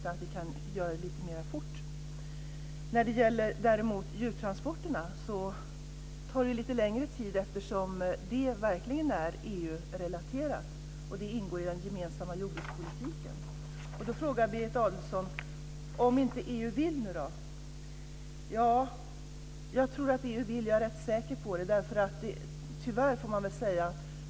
Däremot tar det lite längre tid när det gäller djurtransporterna. Det är verkligen EU-relaterat och ingår i den gemensamma jordbrukspolitiken. Berit Adolfsson frågar vad som händer om inte EU vill. Jag tror att EU vill - jag är rätt säker på det.